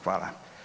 Hvala.